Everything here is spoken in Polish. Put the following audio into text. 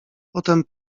potem